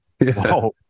Wow